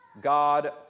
God